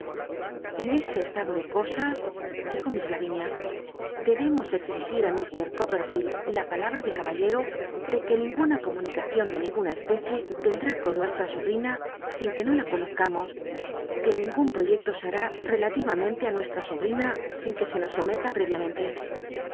en este estad o de cosas dijo miss i arinia debemos exigit de ir coppcrficld la palabm de caballero de que ninguna comunic tcion de ninguna especie tendrá con nuestra sobtina sin que no la conozcamos que ningun proyecto se har i rclatiamcntc i nueslla sobrina sin c ue se nos somela pré